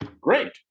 Great